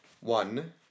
One